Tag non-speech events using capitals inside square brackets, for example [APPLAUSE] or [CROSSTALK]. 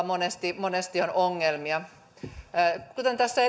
[UNINTELLIGIBLE] monesti monesti on ongelmia kuten tässä [UNINTELLIGIBLE]